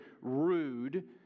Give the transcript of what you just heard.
rude